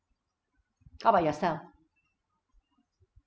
how about yourself